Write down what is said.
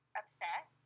upset